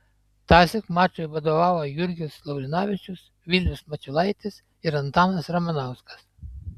tąsyk mačui vadovavo jurgis laurinavičius vilius mačiulaitis ir antanas ramanauskas